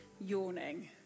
yawning